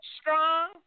strong